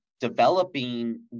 developing